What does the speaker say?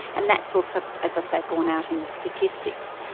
and that's also as i say borne out in the statistics.